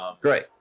great